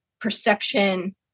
perception